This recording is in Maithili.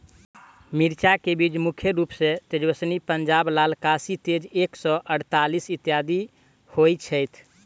मिर्चा केँ बीज मुख्य रूप सँ तेजस्वनी, पंजाब लाल, काशी तेज एक सै अड़तालीस, इत्यादि होए छैथ?